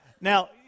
Now